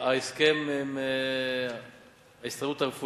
אדוני סגן השר, תן לנו בשורה על "סודה סטרים".